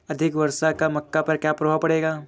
अधिक वर्षा का मक्का पर क्या प्रभाव पड़ेगा?